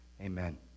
amen